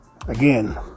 Again